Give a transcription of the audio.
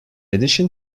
addition